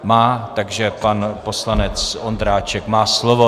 Má, takže pan poslanec Ondráček má slovo.